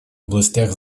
областях